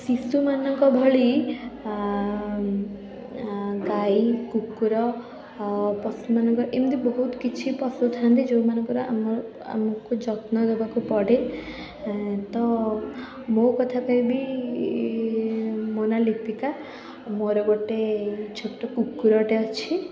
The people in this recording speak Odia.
ଶିଶୁମାନଙ୍କ ଭଳି ଗାଈ କୁକୁର ପଶୁମାନଙ୍କର ଏମିତି ବହୁତ କିଛି ପଶୁ ଥାଆନ୍ତି ଯେଉଁମାନଙ୍କର ଆମ ଆମକୁ ଯତ୍ନ ନେବାକୁ ପଡ଼େ ଏଁ ତ ମୋ କଥା କହିବି ଏ ମୋ ନାଁ ଲିପିକା ମୋର ଗୋଟେ ଛୋଟ କୁକୁରଟେ ଅଛି